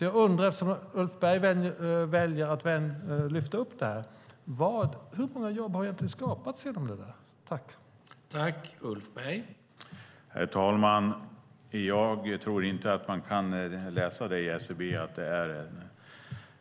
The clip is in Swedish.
Jag undrar, eftersom Ulf Berg väljer att lyfta upp detta: Hur många jobb har egentligen skapats genom den nedsättningen?